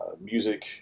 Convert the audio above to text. music